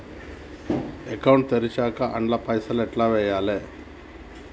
Account తెరిచినాక అండ్ల పైసల్ ఎట్ల వేయాలే?